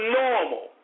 normal